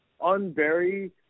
unbury